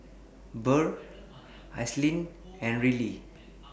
Burr Ashlynn and Ryley